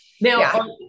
now